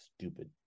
stupid